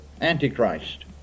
Antichrist